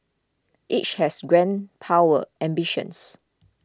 each has grand power ambitions